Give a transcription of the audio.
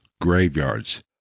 graveyards